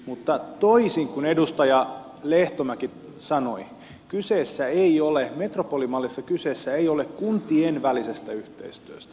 mutta toisin kuin edustaja lehtomäki sanoi metropolimallissa kyseessä ei ole kuntien välinen yhteistyö